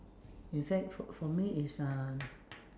in fact for for me is uh